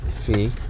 fee